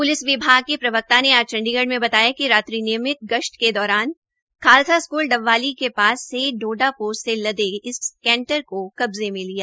police विभाग के प्रवक्ता ने आज चंडीगढ़ में बताया कि रात्रि नियमित गशत के दौरान खालसा स्कूल डबवाली के पास से डोडा पोस्त से लदे इस कैंटर को कब्जे में लिया